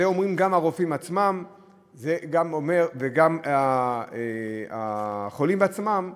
את זה אומרים גם הרופאים עצמם וגם החולים עצמם,